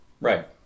Right